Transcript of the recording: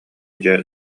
дьэ